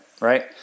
Right